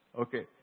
okay